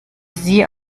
sie